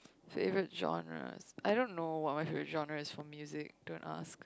favourite genres I don't know what my favourite genre is for music don't ask